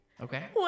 Okay